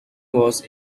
was